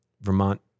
Vermont